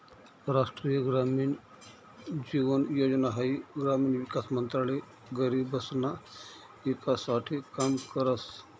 राष्ट्रीय ग्रामीण जीवन योजना हाई ग्रामीण विकास मंत्रालय गरीबसना ईकास साठे काम करस